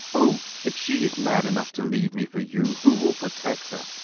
oh, if she is mad enough to leave me for you, who will protect her?